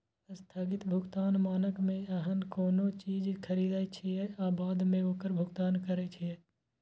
स्थगित भुगतान मानक मे अहां कोनो चीज खरीदै छियै आ बाद मे ओकर भुगतान करै छियै